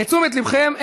לתשומת ליבכם,